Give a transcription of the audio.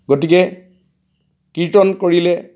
গতিকে কীৰ্তন কৰিলে